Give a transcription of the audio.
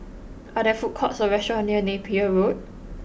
are there food courts or restaurants near Napier Road